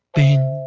bing,